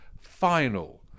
final